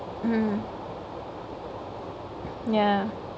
mm ya